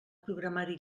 programari